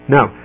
Now